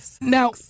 Now